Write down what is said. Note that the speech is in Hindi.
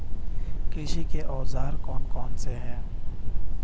कृषि के औजार कौन कौन से हैं?